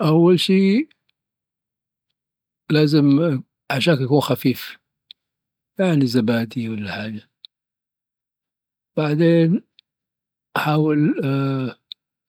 أول شي لازم العشاء يكون خفيف، يعني زبادي والا حاجة، بعدين، حاول